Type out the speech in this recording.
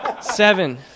seven